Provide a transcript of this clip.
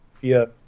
via